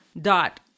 dot